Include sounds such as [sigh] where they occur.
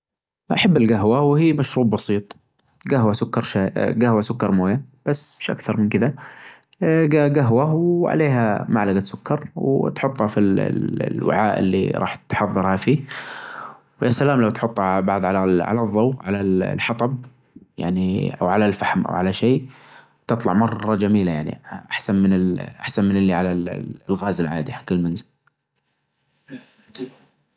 المغرب الصراحة ما [hesitation] توقعت ان المغرب كذا جميلة مرة يعني كنت اسمع دائما عن المغرب بس احسبها دولة عادية يعني ما فيها ما فيها طبيعة ما فيها بزيارات ما فيها ما فيها اي شيء. يعني من يسمع المغرب اي حاجة ما عندهم تسويق جيد للسياحة عندهم. لكنها والله دير في زينة ودولة جميلة وكل حاجة فيها يعني فل الفل.